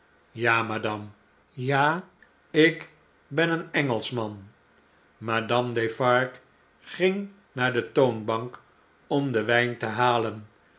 ja madame ja ik ben een engelschman madame defarge ging naar de toonbank om den wyn te halen